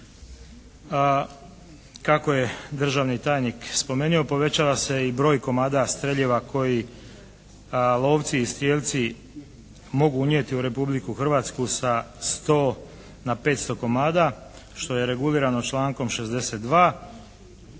Kako je državni tajnik spomenuo povećava se i broj komada streljiva koji lovci i strijelci mogu unijeti u Republiku Hrvatsku sa 100 na 500 komada što je regulirano člankom 62.